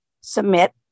submit